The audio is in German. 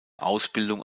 ausbildung